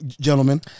gentlemen